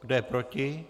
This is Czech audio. Kdo je proti?